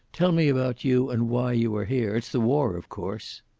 tell me about you and why you are here. it's the war, of course.